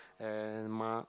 and mo~